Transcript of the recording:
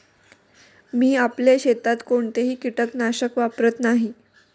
मी आपल्या शेतात कोणतेही कीटकनाशक वापरत नाही